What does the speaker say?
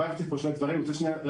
הבעתי פה שני דברים ואני רוצה להסביר.